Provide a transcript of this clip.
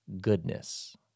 goodness